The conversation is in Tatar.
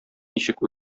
ничек